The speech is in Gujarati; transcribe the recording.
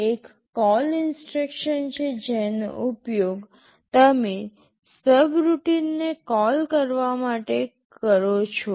એક CALL ઇન્સટ્રક્શન છે જેનો ઉપયોગ તમે સબરૂટીનને કોલ કરવા માટે કરો છો